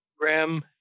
Graham